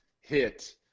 hit